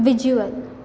visual